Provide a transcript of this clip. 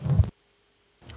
Hvala